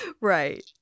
right